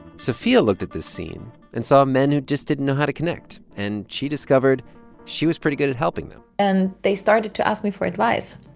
sophia looked at this scene and saw men who just didn't know how to connect. and she discovered she was pretty good at helping them and they started to ask me for advice.